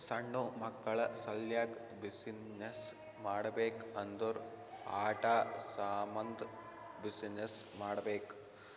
ಸಣ್ಣು ಮಕ್ಕುಳ ಸಲ್ಯಾಕ್ ಬಿಸಿನ್ನೆಸ್ ಮಾಡ್ಬೇಕ್ ಅಂದುರ್ ಆಟಾ ಸಾಮಂದ್ ಬಿಸಿನ್ನೆಸ್ ಮಾಡ್ಬೇಕ್